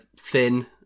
thin